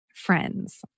friends